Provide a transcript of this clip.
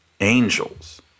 angels